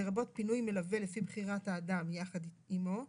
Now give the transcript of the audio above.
לרבות פינוי מלווה לפי בחירת האדם יחד עימו,